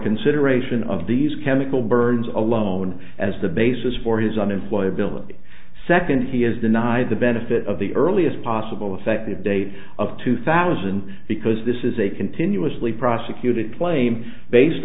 consideration of these chemical burns alone as the basis for his unemployment the second he is denied the benefit of the earliest possible effective date of two thousand because this is a continuously prosecuted claim based